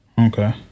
Okay